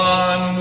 one